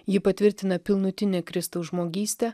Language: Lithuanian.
ji patvirtina pilnutinę kristaus žmogystę